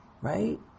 Right